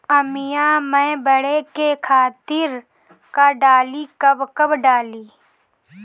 आमिया मैं बढ़े के खातिर का डाली कब कब डाली?